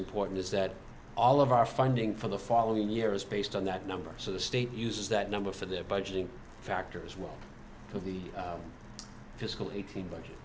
important is that all of our funding for the following year is based on that number so the state uses that number for their budgeting factors one of the fiscal eighteen budget